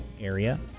area